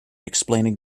explaining